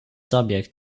subject